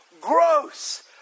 gross